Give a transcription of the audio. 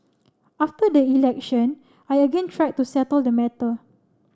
after the election I again tried to settle the matter